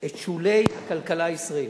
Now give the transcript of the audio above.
את שולי הכלכלה הישראלית.